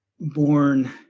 born